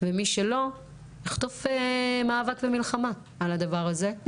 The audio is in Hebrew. ומי שלא יחטוף מאבק ומלחמה על הדבר הזה.